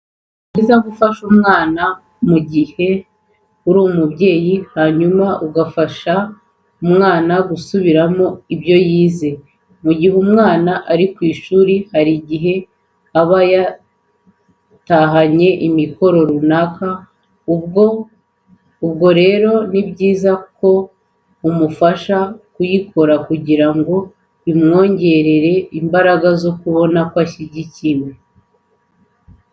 Ni byiza gufata umwanya mu gihe uri umubyeyi hanyuma ugafasha umwana gusubiramo ibyo yize. Mu gihe umwana ari ku ishuri hari igihe aba yatahanye imikoro runaka, ubwo rero ni byiza ko umufasha kuyikora kugira ngo bimwongerere imbaraga zo kubona ko ashyigikiwe.